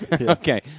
Okay